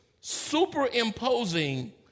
superimposing